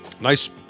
Nice